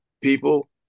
people